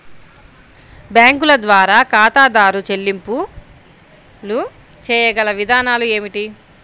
బ్యాంకుల ద్వారా ఖాతాదారు చెల్లింపులు చేయగల విధానాలు ఏమిటి?